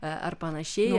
ar panašiai